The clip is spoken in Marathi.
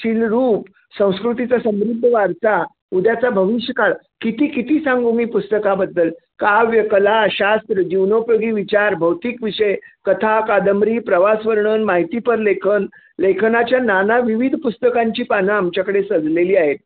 शील रूप संस्कृतीचा समृद्ध वारसा उद्याचा भविष्य काळ किती किती सांगू मी पुस्तकाबद्दल काव्य कला शास्त्र जीवनोपयोगी विचार भौतिक विषय कथा कादंबरी प्रवास वर्णन माहितीपर लेखन लेखनाच्या नाना विविध पुस्तकांची पानं आमच्याकडे सजलेली आहेत